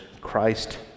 Christ